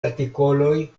artikoloj